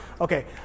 Okay